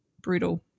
brutal